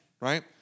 right